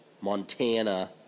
Montana